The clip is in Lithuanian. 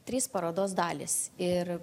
trys parodos dalys ir